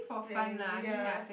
playing ya